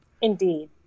Indeed